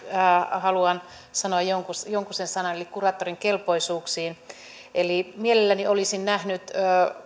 haluan sanoa jokusen sanan eli kuraattorin kelpoisuuksiin mielelläni olisin nähnyt